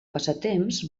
passatemps